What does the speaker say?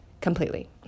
completely